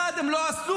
אחד הם לא עשו.